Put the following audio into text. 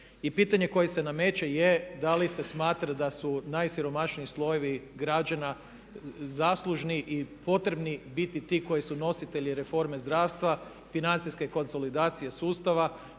I pitanje koje se nameće je da li se smatra da su najsiromašniji slojevi građana zaslužni i potrebni biti ti koji su nositelji reforme zdravstva, financijske konsolidacije sustava.